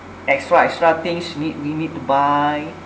extra extra things need we need to buy